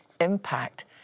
impact